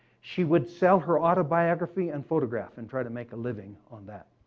she would sell her autobiography and photograph and try to make a living on that.